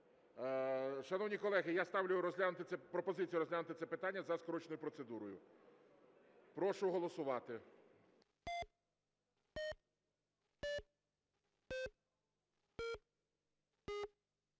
Шановні колеги, я ставлю пропозицію розглянути це питання за скороченою процедурою. Прошу голосувати.